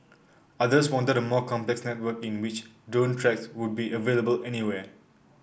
others wanted a more complex network in which drone tracks would be available anywhere